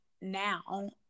now